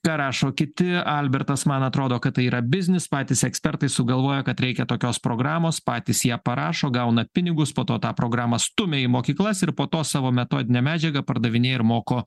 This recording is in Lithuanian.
ką rašo kiti albertas man atrodo kad tai yra biznis patys ekspertai sugalvoja kad reikia tokios programos patys ją parašo gauna pinigus po to tą programą stumia į mokyklas ir po to savo metodinę medžiagą pardavinėja ir moko